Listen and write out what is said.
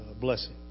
blessing